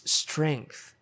strength